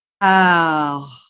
Wow